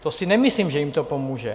To si nemyslím, že jim to pomůže.